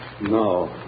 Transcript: No